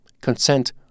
consent